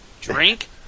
drink